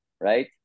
right